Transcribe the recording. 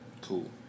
Cool